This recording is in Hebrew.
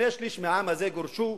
שני-שלישים מהעם הזה גורשו,